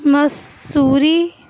مصوری